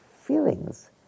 feelings